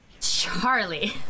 Charlie